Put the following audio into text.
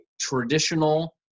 traditional